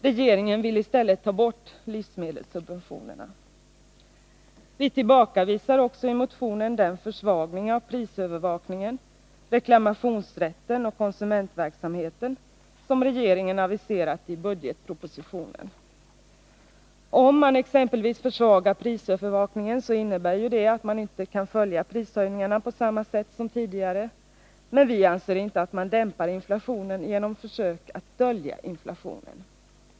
Regeringen vill i stället ta bort livsmedelssubventionerna. I vår motion tillbakavisar vi också den försvagning av prisövervakningen, reklamationsrätten och konsumentverksamheten som regeringen har aviserat i budgetpropositionen. En försvagad prisövervakning innebär ju att man inte kan följa prishöjningarna på samma sätt som tidigare. Vi anser inte att man dämpar inflationen genom att försöka dölja den.